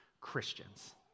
Christians